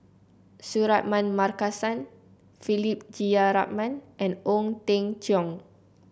Suratman Markasan Philip Jeyaretnam and Ong Teng Cheong